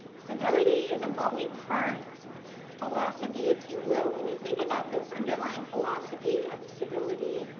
civility is a multi-part philosophy, if you will. when you think about the underlying philosophy of civility,